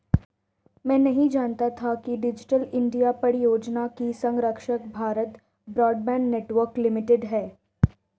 मैं नहीं जानता था कि डिजिटल इंडिया परियोजना की संरक्षक भारत ब्रॉडबैंड नेटवर्क लिमिटेड है